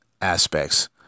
aspects